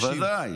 בוודאי.